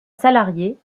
salariés